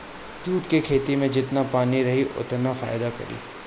jute के खेती में जेतना पानी रही ओतने फायदा करी